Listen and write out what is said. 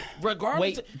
regardless